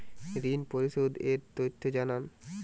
ঋন পরিশোধ এর তথ্য জানান